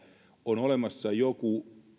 on olemassa joku